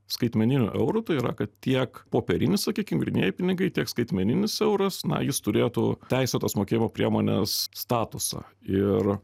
skaitmeniniu euru tai yra kad tiek popieriniai sakykim grynieji pinigai tiek skaitmeninis euras na jis turėtų teisėtos mokėjimo priemonės statusą ir